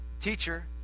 Teacher